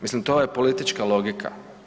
Mislim, to je politička logika.